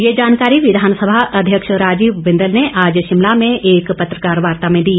यह जानकारी विधानसभा अध्यक्ष राजीव बिंदल ने आज शिमला में एक पत्रकार वार्ता में दी